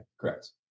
Correct